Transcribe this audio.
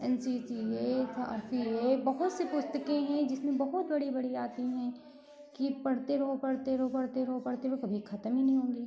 N C C हैं या है बहुत सी पुस्तकें है जिसमें बहुत बड़ी बड़ी बातें हैं कि पढ़ते रहो पढ़ते रहो पढ़ते रहो पढ़ते रहो कभी खत्म ही नहीं होगी